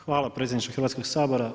Hvala predsjedniče Hrvatskog sabora.